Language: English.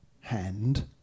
hand